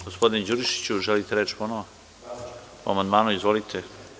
Gospodine Đurišiću, želite reč ponovo? (Da.) Po amandmanu, izvolite.